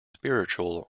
spiritual